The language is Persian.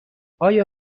آیا